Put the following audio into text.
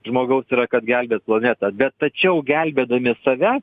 žmogaus yra kad gelbėt planetą bet tačiau gelbėdami save